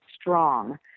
strong